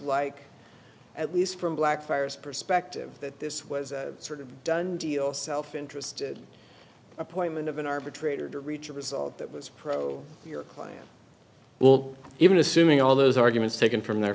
like at least from blackfriars perspective that this was sort of a done deal self interested appointment of an arbitrator to reach a result that was pro your client well even assuming all those arguments taken from their